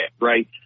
right